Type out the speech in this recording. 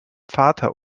vater